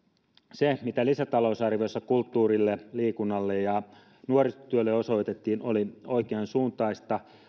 se mitä lisätalousarviossa kulttuurille liikunnalle ja nuorisotyölle osoitettiin oli oikeansuuntaista